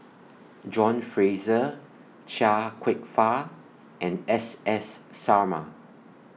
John Fraser Chia Kwek Fah and S S Sarma